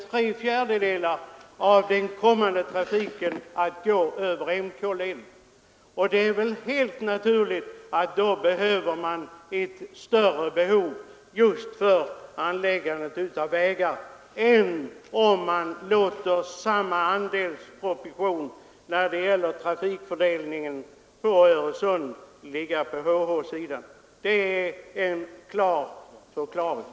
Tre fjärdedelar av den kommande trafiken kommer då att i stället gå över MK-leden. Det är då helt naturligt att man får ett större behov av väganläggningar än om man låter tyngdpunkten ligga kvar på HH-leden. Det är en enkel förklaring.